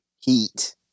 Heat